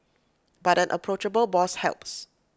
but an approachable boss helps